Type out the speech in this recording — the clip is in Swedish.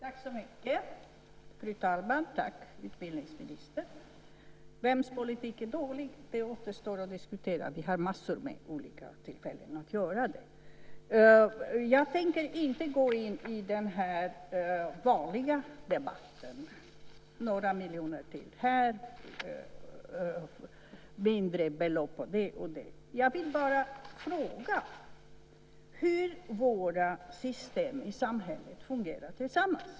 Fru talman! Vems politik är dålig? Det återstår att diskutera. Vi har massor med olika tillfällen att göra det. Jag tänker inte gå in i den vanliga debatten om några miljoner till här och mindre belopp där. Jag vill bara fråga hur våra system i samhället fungerar tillsammans.